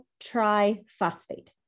triphosphate